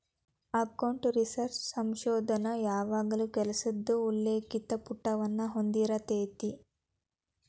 account research ಸಂಶೋಧನ ಯಾವಾಗಲೂ ಕೆಲಸದ ಉಲ್ಲೇಖಿತ ಪುಟವನ್ನ ಹೊಂದಿರತೆತಿ